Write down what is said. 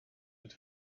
with